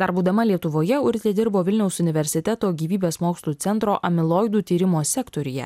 dar būdama lietuvoje urtė dirbo vilniaus universiteto gyvybės mokslų centro amiloidų tyrimo sektoriuje